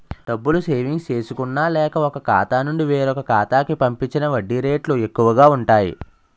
డబ్బులు సేవింగ్స్ చేసుకున్న లేక, ఒక ఖాతా నుండి వేరొక ఖాతా కి పంపించిన వడ్డీ రేట్లు ఎక్కువు గా ఉంటాయి